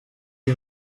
iyi